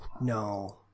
No